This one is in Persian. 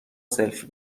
سلفی